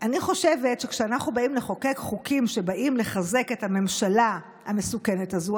אני חושבת שכשאנחנו באים לחוקק חוקים שבאים לחזק את הממשלה המסוכנת הזו,